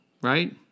right